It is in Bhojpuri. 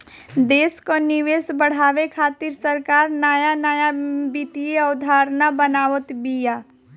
देस कअ निवेश बढ़ावे खातिर सरकार नया नया वित्तीय अवधारणा बनावत बिया